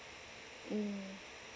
mm